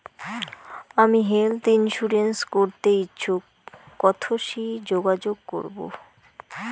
আমি health insurance করতে ইচ্ছুক কথসি যোগাযোগ করবো?